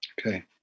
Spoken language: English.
Okay